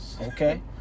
Okay